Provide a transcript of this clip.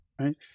right